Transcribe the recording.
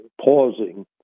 pausing